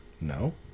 no